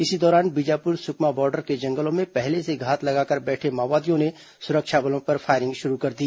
इसी दौरान बीजापुर सुकमा बॉर्डर के जंगलों में पहले से घात लगाकर बैठे माओवादियों ने सुरक्षा बलों पर फायरिंग शुरू कर दी